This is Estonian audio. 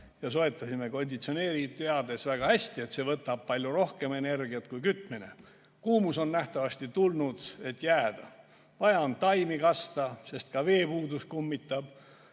ja soetasime konditsioneeri, teades väga hästi, et see võtab palju rohkem energiat kui kütmine. Kuumus on nähtavasti tulnud, et jääda. Vaja on taimi kasta, sest ka veepuudus kummitab.